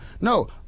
No